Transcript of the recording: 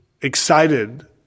excited